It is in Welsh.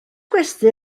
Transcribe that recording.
gwesty